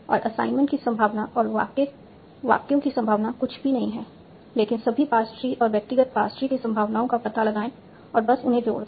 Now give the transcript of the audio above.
और असाइनमेंट की संभावना और वाक्यों की संभावना कुछ भी नहीं है लेकिन सभी पार्स ट्री और व्यक्तिगत पार्स ट्री की संभावनाओं का पता लगाएं और बस उन्हें जोड़ दें